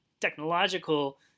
technological